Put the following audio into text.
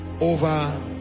over